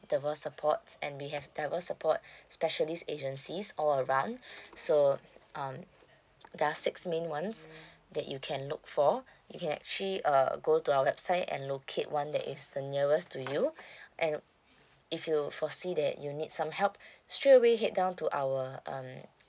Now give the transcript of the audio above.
divorce supports and we have divorce support specialist agencies all around so um there are six main ones that you can look for you can actually uh go to our website and locate one that is the nearest to you and if you foresee that you need some help straight away head down to our um yes yes